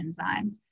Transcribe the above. enzymes